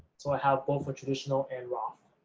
so i have both traditional and roth.